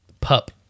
pup